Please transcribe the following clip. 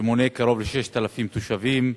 שמונה קרוב ל-6,000 תושבים.